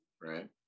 Right